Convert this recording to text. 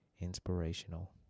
inspirational